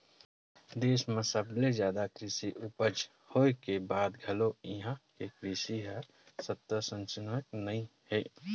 देस म सबले जादा कृषि उपज होए के बाद घलो इहां के कृषि ह संतासजनक नइ हे